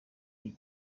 iyi